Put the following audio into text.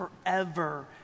forever